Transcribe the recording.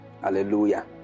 Hallelujah